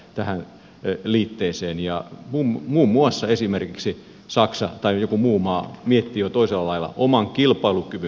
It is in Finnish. tähän ei liikkeeseen ja muun muassa esimerkiksi saksa tai joku muu maa miettii jo toisella lailla oman kilpailukyvyn kannalta